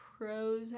pros